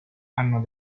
hanno